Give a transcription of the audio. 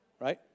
Right